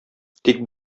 тик